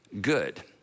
good